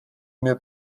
mir